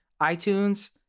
iTunes